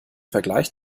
vergleich